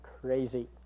crazy